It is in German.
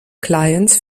clients